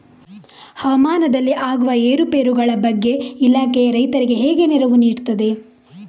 ಹವಾಮಾನದಲ್ಲಿ ಆಗುವ ಏರುಪೇರುಗಳ ಬಗ್ಗೆ ಇಲಾಖೆ ರೈತರಿಗೆ ಹೇಗೆ ನೆರವು ನೀಡ್ತದೆ?